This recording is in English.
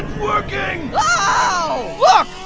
working. look,